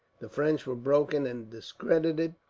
the french were broken and discredited.